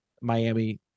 Miami